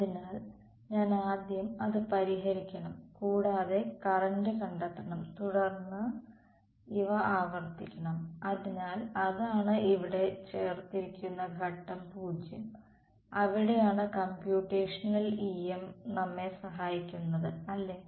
അതിനാൽ ഞാൻ ആദ്യം അത് പരിഹരിക്കണം കൂടാതെ കറന്റ് കണ്ടെത്തണം തുടർന്ന് ഇവ ആവർത്തിക്കണം അതിനാൽ അതാണ് ഇവിടെ ചേർത്തിരിക്കുന്ന ഘട്ടം 0 അവിടെയാണ് കമ്പ്യൂട്ടേഷണൽ EM നമ്മെ സഹായിക്കുന്നത് അല്ലേ